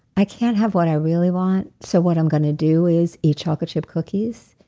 i can't have what i really want, so what i'm going to do is eat chocolate chip cookies,